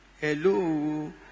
Hello